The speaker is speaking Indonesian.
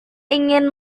ingin